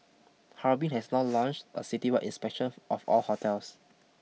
Harbin has now launched a citywide inspection of all hotels